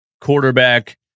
quarterback